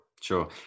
sure